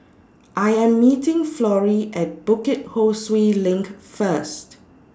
I Am meeting Florie At Bukit Ho Swee LINK First